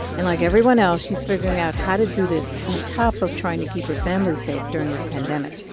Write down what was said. and like everyone else, she's figuring out how to do this on top of trying to keep her family safe during this pandemic